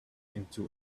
into